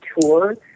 tour